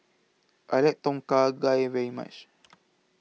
I like Tom Kha Gai very much